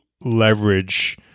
leverage